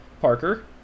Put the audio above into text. Parker